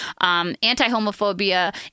anti-homophobia